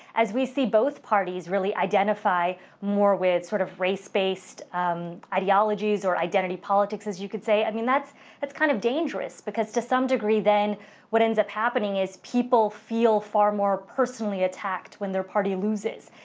as we see both parties really identify more with sort of race-based ideologies or identity politics, as you could say, i mean, that's that's kind of dangerous, because, to some degree, then what ends up happening is, people feel far more personally attacked when their party loses.